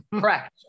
correct